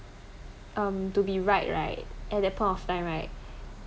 um to be right right at that point of time right